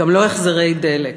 גם לא החזרי דלק,